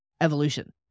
evolution